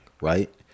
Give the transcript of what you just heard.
right